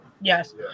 yes